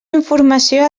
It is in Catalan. informació